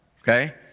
okay